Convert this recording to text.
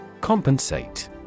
Compensate